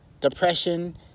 depression